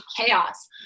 chaos